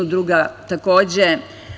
Druga, takođe.